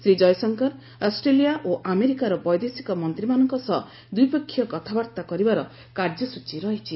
Shri Jaishankar Australia ଓ ଆମେରିକାର ବୈଦେଶିକମନ୍ତ୍ରୀମାନଙ୍କ ସହ ଦ୍ୱିପକ୍ଷୀୟ କଥାବାର୍ତ୍ତା କରିବାର କାର୍ଯ୍ୟସ୍ଟଚୀ ରହିଛି